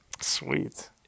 Sweet